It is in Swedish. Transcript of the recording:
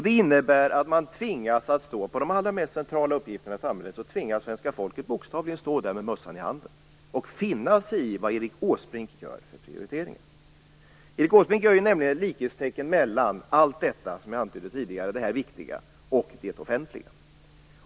Det innebär att svenska folket för de allra mest centrala uppgifterna för samhället tvingas att bokstavligen stå där med mössan i handen och finna sig i vad Erik Åsbrink gör för prioriteringar. Erik Åsbrink gör ju nämligen likhetstecken mellan allt detta viktiga som jag antydde tidigare och det offentliga.